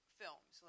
films